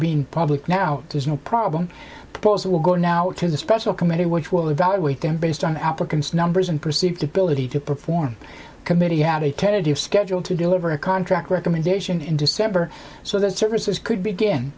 being public now there's no problem because it will go now to the special committee which will evaluate them based on applicants numbers and perceived ability to perform committee had a tentative schedule to deliver a contract recommendation in december so those services could begin